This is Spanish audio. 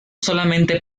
solamente